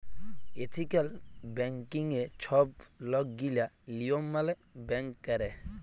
ethical ব্যাংকিংয়ে ছব লকগিলা লিয়ম মালে ব্যাংক ক্যরে